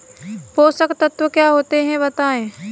पोषक तत्व क्या होते हैं बताएँ?